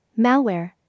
Malware